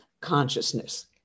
consciousness